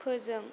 फोजों